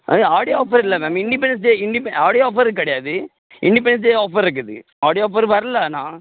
அது ஆடி ஆஃபரில் ma'am Independence Day independent Aadi offer கிடையாது இண்டிபெண்டன்ஸ் டே ஆஃபர் இருக்குது ஆடி ஆஃபர் வரலை ஆனால்